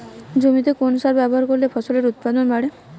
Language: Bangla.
জমিতে কোন সার ব্যবহার করলে ফসলের উৎপাদন বাড়ে?